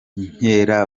inkera